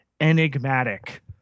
enigmatic